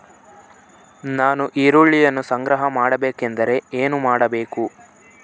ನಾನು ಈರುಳ್ಳಿಯನ್ನು ಸಂಗ್ರಹ ಮಾಡಬೇಕೆಂದರೆ ಏನು ಮಾಡಬೇಕು?